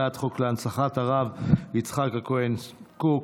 הצעת חוק להנצחת הרב יצחק הכהן קוק.